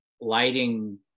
lighting